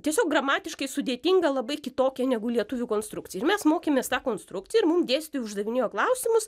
tiesiog gramatiškai sudėtinga labai kitokia negu lietuvių konstrukcija ir mes mokėmės tą konstrukciją ir mum dėstytoja uždavinėjo klausimus